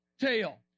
tail